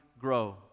grow